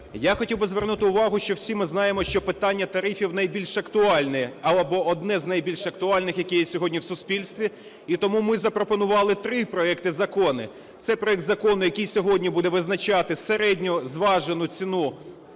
Я хотів би звернути увагу, що всі ми знаємо, що питання тарифів найбільш актуальне, або одне з найбільш актуальних, яке є сьогодні в суспільстві, і тому ми запропонували 3 проекти закону. Це проект закону, який сьогодні буде визначати середньозважену ціну з